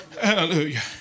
Hallelujah